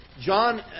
John